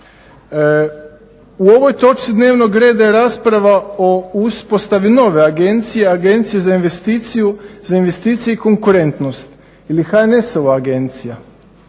U ovoj točci dnevnog reda je rasprava o uspostavi nove agencije, agencije za investiciju za investiciju i konkurentnost ili HNS-ova agencija.